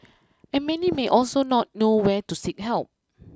and many may also not know where to seek help